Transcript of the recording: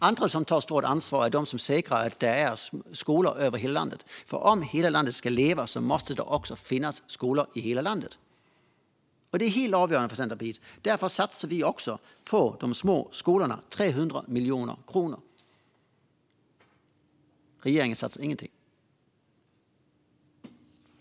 Andra som tar stort ansvar är de som säkerställer att det finns skolor över hela landet, för om hela ska landet ska leva måste det också finnas skolor i hela landet. Det är helt avgörande för Centerpartiet. Därför satsar vi också 300 miljoner kronor på de små skolorna. Regeringen satsar ingenting.